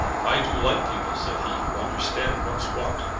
i do like people, said he, who understand what's what,